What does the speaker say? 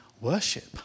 worship